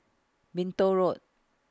Minto Road